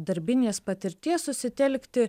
darbinės patirties susitelkti